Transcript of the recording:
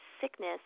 sickness